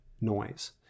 noise